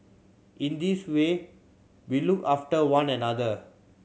in this way we look after one another